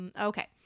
Okay